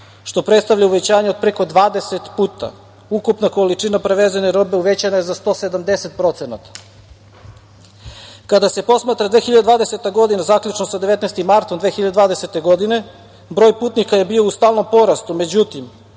što predstavlja uvećanje preko 20 puta. Ukupna količina prevezene robe uvećana je za 170 procenata. Kada se posmatra 2020. godina, zaključno sa 19. martom 2020. godine broj putnika je bio u stalnom porastu, međutim